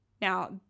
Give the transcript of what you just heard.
Now